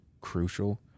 crucial